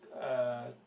uh